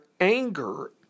anger